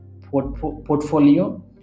portfolio